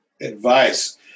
advice